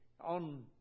on